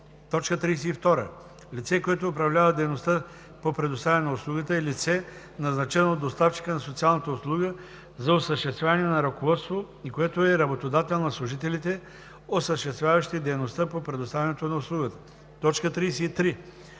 живот. 32. „Лице, което управлява дейността по предоставяне на услугата“ е лице, назначено от доставчика на социалната услуга за осъществяване на ръководство и което е работодател на служителите, осъществяващи дейността по предоставянето на услугата. 33.